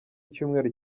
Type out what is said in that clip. icyumweru